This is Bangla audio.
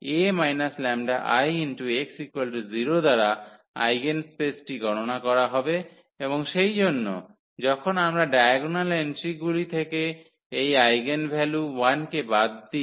A 𝜆𝐼x0 দ্বারা আইগেনস্পেসটি গণনা করা হবে এবং সেইজন্য যখন আমরা ডায়াগোনাল এন্ট্রিগুলি থেকে এই আইগেনভ্যালু 1 কে বাদ দিই